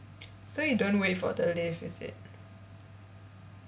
so you don't wait for the lift is it